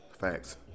Facts